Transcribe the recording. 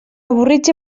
avorrits